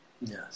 Yes